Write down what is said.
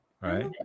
right